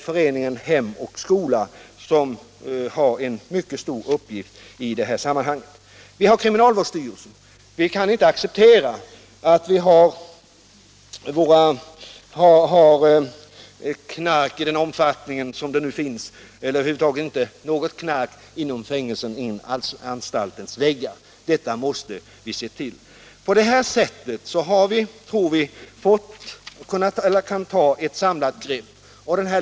Föreningen Hem och skola har en mycket stor uppgift i detta sammanhang. Kriminalvårdsstyrelsen är inkopplad därför att vi inte kan acceptera knark i den omfattning som nu förekommer — eller över huvud taget något knark — inom fängelsers och anstalters väggar. På det här sättet kan vi ta ett samlat grepp.